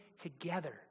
together